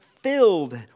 filled